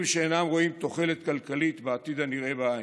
אינם רואים תוחלת כלכלית בעתיד הנראה לעין?